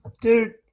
Dude